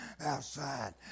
outside